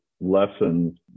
lessons